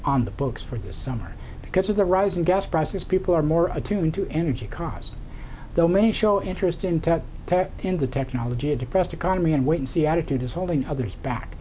on the books for the summer because of the rising gas prices people are more attuned to energy costs though many show interest in tech tech in the technology a depressed economy and wait and see attitude is holding others back